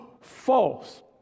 false